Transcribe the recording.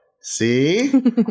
see